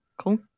Cool